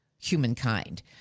humankind